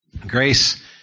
Grace